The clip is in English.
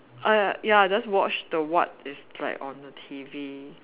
err ya I just watch the what is right on the T_V